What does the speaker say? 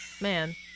Man